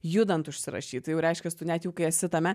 judant užsirašyt tai jau reiškias tu net kai jau esi tame